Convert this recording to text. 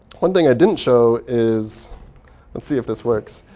one thing i didn't show is let's see if this works.